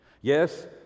Yes